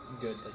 good